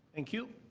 thank you.